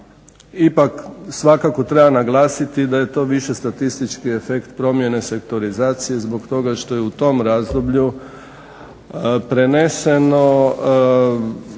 ipak svakako treba naglasiti da je to više statistički efekt promjene sektorizacije zbog toga što je u tom razdoblju preneseno,